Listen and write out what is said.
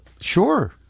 Sure